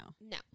No